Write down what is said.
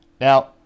Now